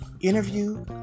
Interview